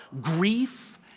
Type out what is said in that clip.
grief